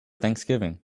thanksgiving